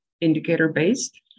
indicator-based